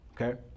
Okay